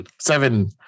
seven